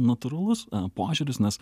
natūralus požiūris nes